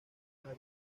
una